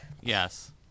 yes